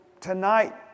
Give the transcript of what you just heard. tonight